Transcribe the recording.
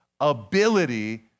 ability